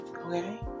Okay